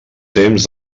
temps